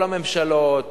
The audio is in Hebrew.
כל הממשלות,